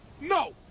No